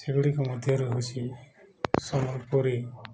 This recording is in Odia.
ସେଗୁଡ଼ିକ ମଧ୍ୟରୁ ହେଉଛି ସମ୍ବଲପୁରୀ